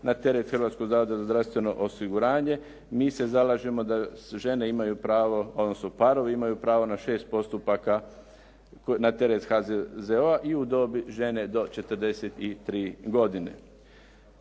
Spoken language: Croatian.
na teret Hrvatskog zavoda za zdravstveno osiguranje. Mi se zalažemo da žene imaju pravo odnosno parovi imaju pravo na šest postupaka na teret HZZO-a i u dobi žene do 43 godine.